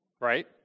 right